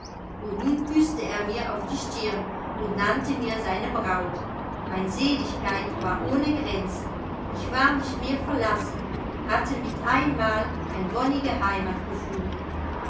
und nun küßte er mir auf die stirn und nannte mir seine braut mein seligkeit war ohne grenzen ich war nicht mehr verlassen hatte mit ein mal ein wonnige heimat gefunden